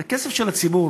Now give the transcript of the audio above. זה כסף של הציבור,